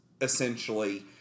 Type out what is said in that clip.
essentially